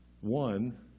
One